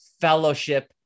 fellowship